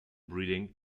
breeding